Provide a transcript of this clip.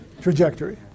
trajectory